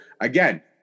again